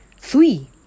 Three